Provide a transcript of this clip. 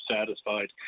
satisfied